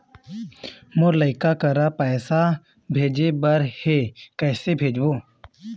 मोर लइका करा पैसा भेजें बर हे, कइसे भेजबो?